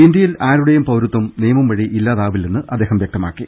ഇന്ത്യയിൽ ആരുടേയും പൌരത്വം നിയമം വഴി ഇല്ലാതാവില്ലെന്ന് അദ്ദേഹം വൃക്തമാക്കി